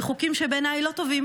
וחוקים שבעיניי הם לא טובים,